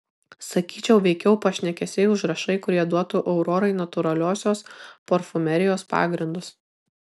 sakyčiau veikiau pašnekesiai užrašai kurie duotų aurorai natūraliosios parfumerijos pagrindus